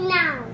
now